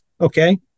Okay